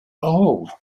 old